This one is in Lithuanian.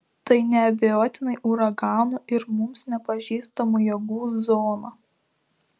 tai neabejotinai uraganų ir mums nepažįstamų jėgų zona